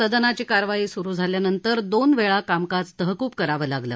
सदनाची कारवाई सुरु झाल्यानंतर दोन वेळा कामकाज तहकूब करावं लागलं